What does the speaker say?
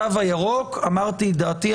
התו הירוק, אמרתי את דעתי.